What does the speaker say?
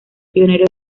pionero